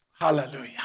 Hallelujah